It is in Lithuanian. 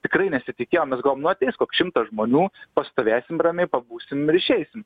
tikrai nesitikėjom mes galvom nu ateis koks šimtas žmonių pastovėsim ramiai pabūsim ir išeisim